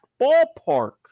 ballpark